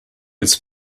its